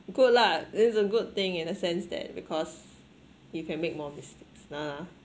good lah it's a good thing in a sense that because you can make more mistakes nah